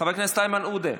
חבר הכנסת איימן עודה,